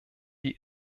die